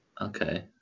okay